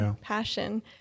Passion